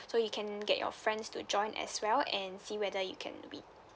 so you can get your friends to join as well and see whether you can win